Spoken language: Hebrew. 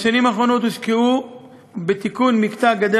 בשנים האחרונות הושקעו בתיקון מקטע הגדר